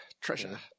treasure